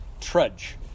trudge